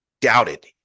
doubted